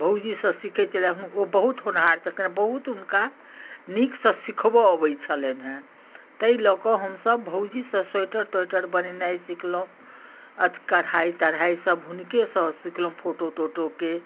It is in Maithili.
भौजीसँ सिखैत छलियै ओ बहुत होनहार छलखिन हँ बहुत हुनका नीकसँ सिखबै अबैत छलनि हँ ताहि लए कऽ हमसब भौजीसँ स्वेटर ट्वेटर बनेनाइ सिखलहुँ कढ़ाइ तढ़ाइ सब हुनकेसँ सिखलहुँ फोटो तोटोके